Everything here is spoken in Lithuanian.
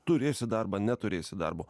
turėsi darbą neturėsi darbo